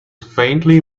faintly